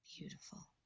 Beautiful